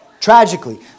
Tragically